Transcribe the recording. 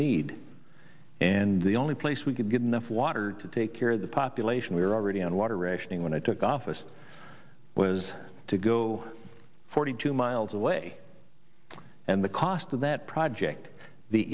need and the only place we could get enough water to take care of the population we were already on water rationing when i took office was to go forty two miles away and the cost of that project the